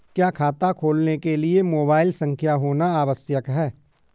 क्या खाता खोलने के लिए मोबाइल संख्या होना आवश्यक है?